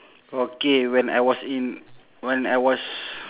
okay when I was in when I was